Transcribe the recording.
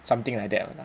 something like that [one] ah